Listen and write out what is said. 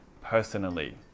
personally